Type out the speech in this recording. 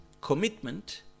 commitment